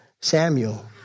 Samuel